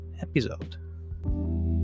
episode